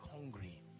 hungry